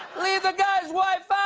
leave the guy's wife out